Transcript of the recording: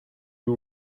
you